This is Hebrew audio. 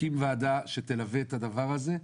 תקים ועדה שתלווה את הדבר הזה,